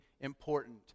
important